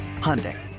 Hyundai